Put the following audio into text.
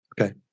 Okay